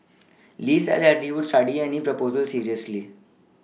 Lee said that he would study any proposal seriously